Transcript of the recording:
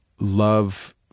love